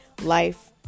life